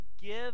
Give